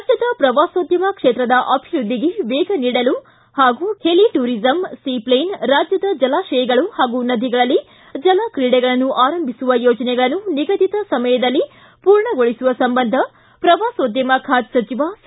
ರಾಜ್ಯದ ಪ್ರವಾಸೋದ್ಯಮ ಕ್ಷೇತ್ರದ ಅಭಿವೃದ್ಧಿಗೆ ವೇಗ ನೀಡಲು ಹಾಗೂ ಹೆಲಿ ಟೂರಿಸಂ ಸೀ ಷ್ಲೇನ್ ರಾಜ್ಯದ ಜಲಾಶಯಗಳು ಹಾಗೂ ನದಿಗಳಲ್ಲಿ ಜಲ ಕ್ರೀಡಗಳನ್ನು ಆರಂಭಿಸುವ ಯೋಜನೆಗಳನ್ನು ನಿಗಧಿತ ಸಮಯದಲ್ಲಿ ಪೂರ್ಣಗೊಳಿಸುವ ಸಂಬಂಧ ಶ್ರವಾಸೋದ್ಯಮ ಖಾತೆ ಸಚಿವ ಸಿ